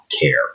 care